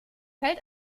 fällt